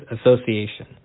Association